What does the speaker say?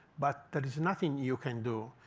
but there is nothing you can do.